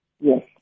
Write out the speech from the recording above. yes